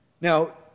Now